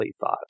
thought